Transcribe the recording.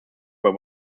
were